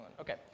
Okay